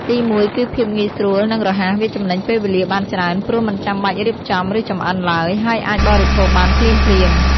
ទីមួយ គឺភាពងាយស្រួល និងរហ័ស វាចំណេញពេលវេលាបានច្រើន ព្រោះមិនចាំបាច់រៀបចំ ឬចម្អិនឡើយ ហើយអាចបរិភោគបានភ្លាមៗ។